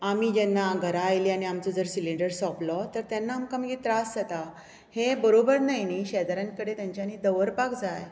आमी जेन्ना घरां आयली आमचो जर सिंलिडर सोंपलो तर तेन्ना आमकां मागीर त्रास जाता हे बरोबर न्हय न्ही शेजाऱ्या कडेन तांणी दवरपाक जाय